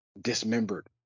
dismembered